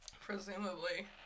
Presumably